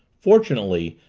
fortunately,